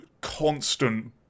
constant